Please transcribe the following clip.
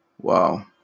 wow